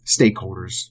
stakeholders